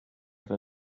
dla